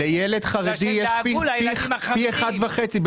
לילד חרדי יש פי אחד וחצי,